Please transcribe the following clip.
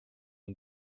and